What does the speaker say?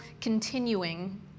continuing